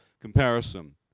comparison